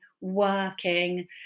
working